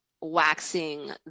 waxing